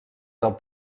del